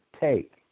take